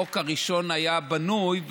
החוק הראשון היה בנוי,